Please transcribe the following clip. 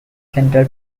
central